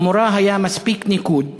למורה היה מספיק ניקוד